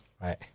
right